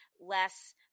less